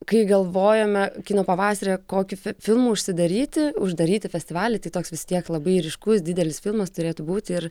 kai galvojome kino pavasaryje kokį filmu užsidaryti uždaryti festivalį tai toks vis tiek labai ryškus didelis filmas turėtų būti ir